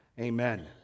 Amen